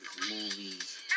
movies